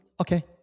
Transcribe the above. Okay